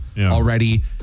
already